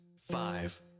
five